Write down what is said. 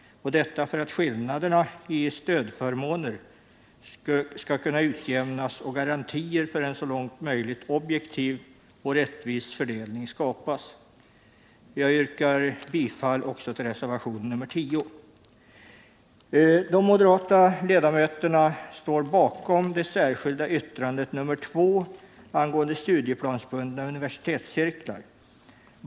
Detta för att skillnaderna i stödförmåner skall kunna utjämnas och garantier för en så långt möjligt objektiv och rättvis fördelning skapas. Jag yrkar bifall också till reservation 10. De moderata ledamöterna står bakom det särskilda yttrandet nr 2 angående studieplansbundna universitetscirklar.